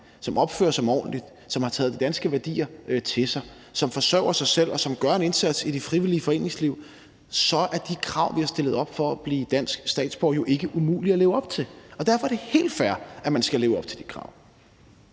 som opfører sig ordentligt, som har taget de danske værdier til sig, som forsørger sig selv, og som gør en indsats i det frivillige foreningsliv, så er de krav, vi har stillet op for at blive dansk statsborger, jo ikke umulige at leve op til. Derfor er det helt fair, at man skal leve op til de krav.